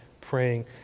praying